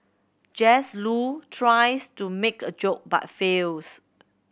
Jesse Loo tries to make a joke but fails